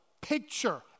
picture